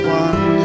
one